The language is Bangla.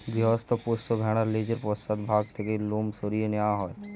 গৃহস্থ পোষ্য ভেড়ার লেজের পশ্চাৎ ভাগ থেকে লোম সরিয়ে নেওয়া হয়